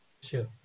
sure